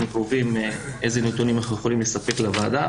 הקרובים איזה נתונים אנחנו יכולים לספק לוועדה.